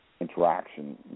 interaction